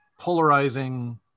polarizing